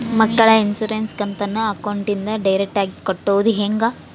ಮಕ್ಕಳ ಇನ್ಸುರೆನ್ಸ್ ಕಂತನ್ನ ಅಕೌಂಟಿಂದ ಡೈರೆಕ್ಟಾಗಿ ಕಟ್ಟೋದು ಹೆಂಗ?